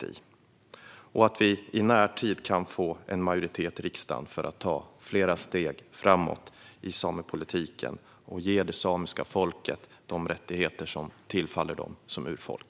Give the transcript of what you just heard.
Jag hoppas att vi i närtid kan få en majoritet i riksdagen för att ta flera steg framåt i samepolitiken och ge det samiska folket de rättigheter som tillfaller dem som urfolk.